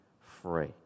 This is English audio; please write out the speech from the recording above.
free